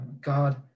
God